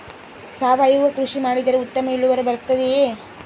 ಸಾವಯುವ ಕೃಷಿ ಮಾಡಿದರೆ ಉತ್ತಮ ಇಳುವರಿ ಬರುತ್ತದೆಯೇ?